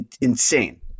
insane